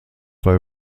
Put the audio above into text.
bei